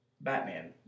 Batman